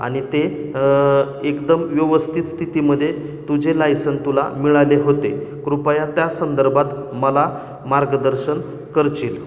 आणि ते एकदम व्यवस्थित स्थितीमध्ये तुझे लायसन तुला मिळाले होते कृपया त्या संदर्भात मला मार्गदर्शन करशील